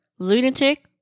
lunatic